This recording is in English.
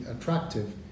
attractive